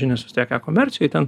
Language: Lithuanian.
žinios vis tiek e komercijoj ten